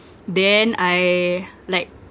then I like